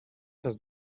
does